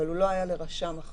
אבל הוא לא היה לרשם החברות.